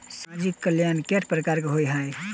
सामाजिक कल्याण केट प्रकार केँ होइ है?